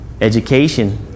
Education